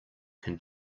can